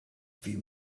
few